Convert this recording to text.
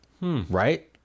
Right